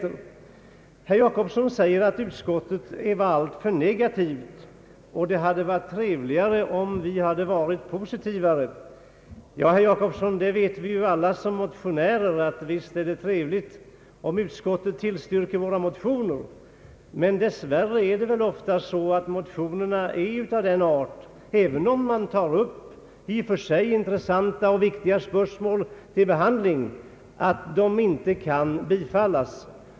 Herr Gösta Jacobsson ansåg att utskottet var alltför negativt och att det hade varit trevligare om vi hade ställt oss mer positiva. Ja, herr Jacobsson, det vet vi alla då vi motionerar att det är trevligare om utskottet tillstyrker våra motioner. Men dessvärre är det väl ofta så att motionerna är av den arten, även om man tar upp i och för sig intressanta och viktiga spörsmål till behandling, att de inte kan bifallas.